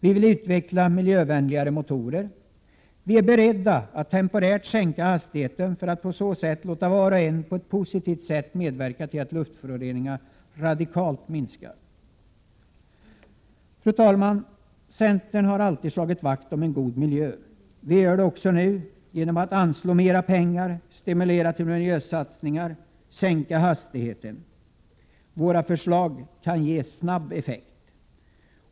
Vi vill utveckla miljövänligare motorer. Vi är beredda att temporärt införa hastighetsbegränsningar för att på så sätt låta var och en på ett positivt sätt medverka till att luftföroreningarna radikalt minskar. Fru talman! Centern har alltid slagit vakt om en god miljö. Vi gör det också nu genom att anslå mera pengar, stimulera till miljösatsningar och införa hastighetsbegränsningar. Våra förslag kan snabbt ge effekt.